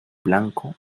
blanco